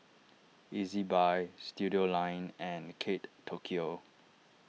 Ezbuy Studioline and Kate Tokyo